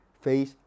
face